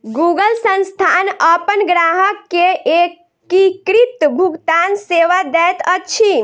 Google संस्थान अपन ग्राहक के एकीकृत भुगतान सेवा दैत अछि